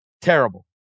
Terrible